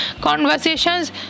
conversations